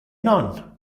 non